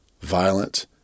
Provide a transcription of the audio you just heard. violent